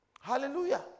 Hallelujah